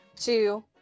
two